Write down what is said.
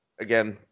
again